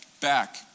back